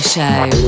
Show